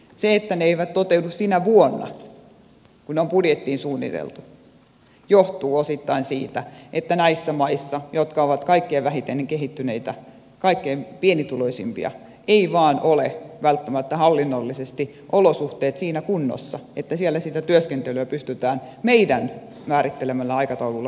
se että ne eivät toteudu sinä vuonna kun ne on budjettiin suunniteltu johtuu osittain siitä että näissä maissa jotka ovat kaikkein vähiten kehittyneitä kaikkein pienituloisimpia ei vain ole välttämättä hallinnollisesti olosuhteet siinä kunnossa että siellä sitä työskentelyä pystytään meidän määrittelemällämme aikataululla viemään eteenpäin